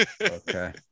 okay